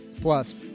Plus